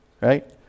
Right